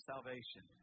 salvation